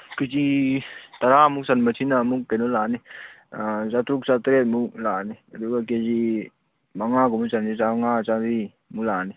ꯀꯦ G ꯇꯔꯥꯃꯨꯛ ꯆꯟꯕꯁꯤꯅ ꯑꯃꯨꯛ ꯀꯩꯅꯣ ꯂꯥꯛꯑꯅꯤ ꯆꯥꯇ꯭ꯔꯨꯛ ꯆꯥꯇ꯭ꯔꯦꯠꯃꯨꯛ ꯂꯥꯛꯑꯅꯤ ꯑꯗꯨꯒ ꯀꯦ ꯖꯤ ꯃꯉꯥꯒꯨꯝꯕ ꯆꯟꯕꯁꯦ ꯆꯥꯝꯃꯉꯥ ꯆꯥꯝꯃꯔꯤ ꯃꯨꯛ ꯂꯥꯛꯑꯅꯤ